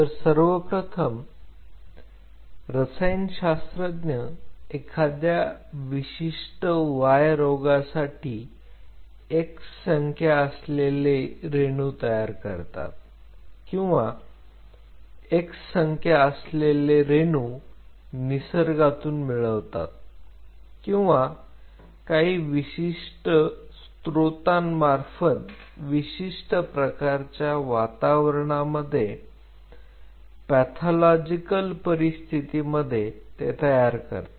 तर सर्वप्रथम रसायन शास्त्रज्ञ एखाद्या विशिष्ट y रोगासाठी x संख्या असलेले रेणू तयार करतात किंवा x संख्या असलेले रेणू निसर्गातून मिळवतात किंवा काही विशिष्ट स्त्रोतं मार्फत विशिष्ट प्रकारच्या वातावरणामध्ये पॅथॉलॉजिकल परिस्थितीमध्ये ते तयार करतात